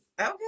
Okay